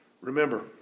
Remember